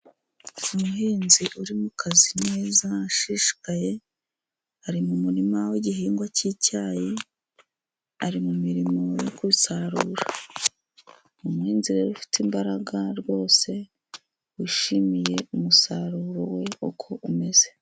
Umuhinzi uri mu kazi neza, ashishikaye, ari mu murima w'igihingwa cy'icyayi, ari mu mirimo yo gusarura, umuhinzi rero ufite imbaraga rwose, wishimiye umusaruro we uko umeze.